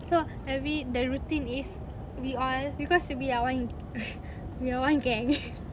so every the routine is we all because we're one we're one gang